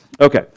okay